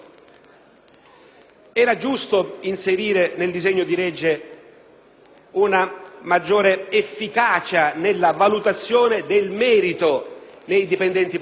Era giusto inserire nel disegno di legge una maggiore efficacia nella valutazione del merito dei dipendenti pubblici,